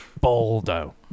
Baldo